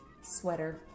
Sweater